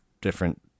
different